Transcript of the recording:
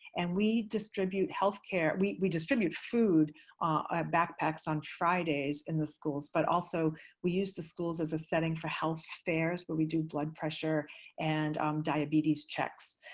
and we distribute health care we we distribute food backpacks on fridays in the schools, but also we use the schools as a setting for health fairs where but we do blood pressure and diabetes checks.